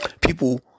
people